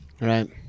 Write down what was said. right